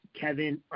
Kevin